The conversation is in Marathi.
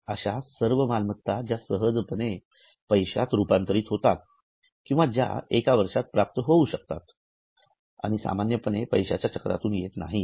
अश्या सर्व मालमत्ता ज्या सहजपणे पैशात रूपांतरित होतात किंवा ज्या एका वर्षात प्राप्त होऊ शकतात किंवा सामान्यपणे पैशाच्या चक्रातून येत नाहीत